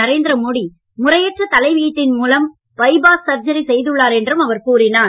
நரேந்திரமோடி முறையற்ற தலையீட்டின் மூலம் பைபாஸ் சர்ஜரி செய்துள்ளார் என்றும் அவர் கூறினார்